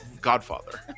Godfather